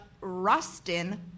Rustin